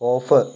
off